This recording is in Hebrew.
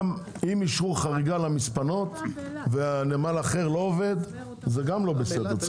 גם אם אישרו חריגה למספנות ונמל אחר לא עובד זה גם לא בסדר.